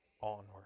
onward